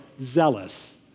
zealous